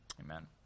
Amen